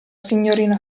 signorina